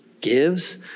gives